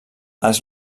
els